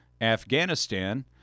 Afghanistan